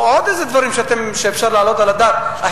או עוד איזה דברים שאפשר להעלות על הדעת,